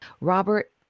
Robert